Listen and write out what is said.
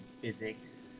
physics